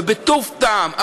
ובטוב טעם,